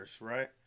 right